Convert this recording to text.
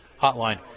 Hotline